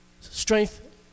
Strength